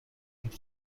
خوب